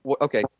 Okay